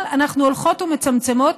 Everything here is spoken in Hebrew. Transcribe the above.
אבל אנחנו הולכות ומצמצמות,